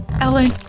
Ellen